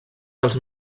dels